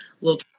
little